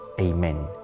Amen